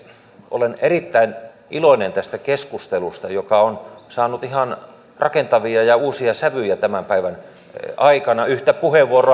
olen erittäin iloinen tästä keskustelusta joka on saanut ihan rakentavia ja uusia sävyjä tämän päivän aikana yhtä puheenvuoroa lukuun ottamatta